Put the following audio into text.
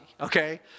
okay